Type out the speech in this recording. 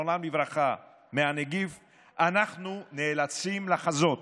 זיכרונם לברכה, אנחנו נאלצים לחזות